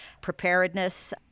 preparedness